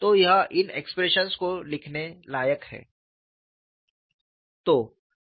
तो यह इन एक्सप्रेशंस को लिखने लायक है